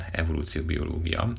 evolúcióbiológia